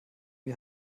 mir